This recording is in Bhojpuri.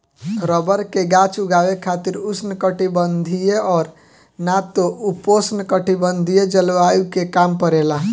रबर के गाछ उगावे खातिर उष्णकटिबंधीय और ना त उपोष्णकटिबंधीय जलवायु के काम परेला